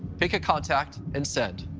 pick a contact and send.